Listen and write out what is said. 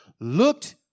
looked